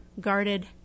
guarded